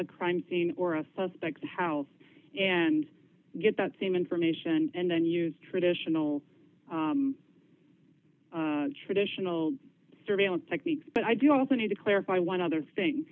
a crime scene or of suspects house and get that same information and then use traditional traditional surveillance techniques but i do also need to clarify one other thing